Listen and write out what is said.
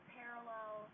parallel